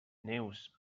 neus